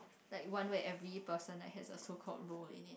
like one where every person like has a so called role in it